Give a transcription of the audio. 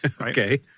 Okay